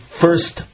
first